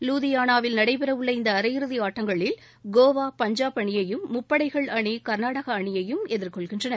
லூர்தியானாவில் நடைபெறவுள்ள இந்த அரை இறுதி ஆட்டங்களில் கோவா பஞ்சாப் அணியையும் முப்படைகள் அணி கர்நாடகா அணியையும் எதர்கொள்கின்றன